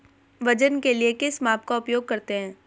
वजन के लिए किस माप का उपयोग करते हैं?